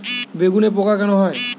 বেগুনে পোকা কেন হয়?